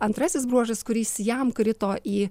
antrasis bruožas kuris jam krito į